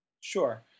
Sure